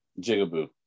Jigaboo